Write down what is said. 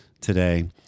today